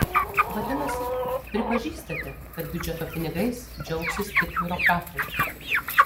vadinasi pripažįstate kad biudžeto pinigais džiaugsis tik biurokratai